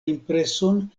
impreson